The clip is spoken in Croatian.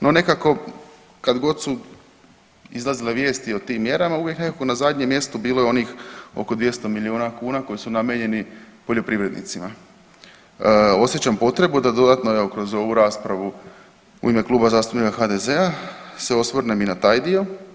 No nekako kadgod su izlazile vijesti o tim mjerama uvijek nekako na zadnjem mjestu bilo je onih oko 200 milijuna kuna koje su namijenjeni poljoprivrednicima, osjećam potrebu da dodatno kroz ovu raspravu u ime Kluba zastupnika HDZ-a se osvrnem i na taj dio.